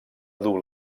dur